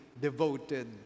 devoted